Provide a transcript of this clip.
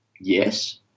Yes